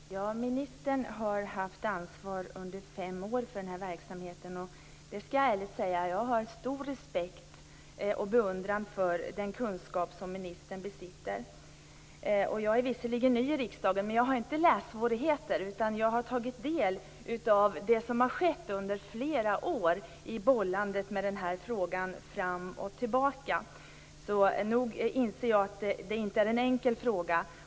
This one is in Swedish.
Fru talman! Ministern har haft ansvar för den här verksamheten under fem år. Jag skall ärligt säga att jag har stor respekt och beundran för den kunskap som ministern besitter. Jag är visserligen ny i riksdagen, men jag har inte lässvårigheter. Jag har tagit del av det som skett under flera år i bollandet med den här frågan fram och tillbaka. Nog inser jag att det inte är en enkel fråga.